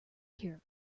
here